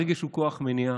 הרגש הוא כוח מניע.